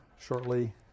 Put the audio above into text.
shortly